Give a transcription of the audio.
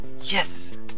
yes